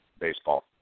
baseball